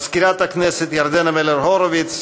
מזכירת הכנסת ירדנה מלר-הורוביץ,